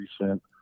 recent